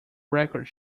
records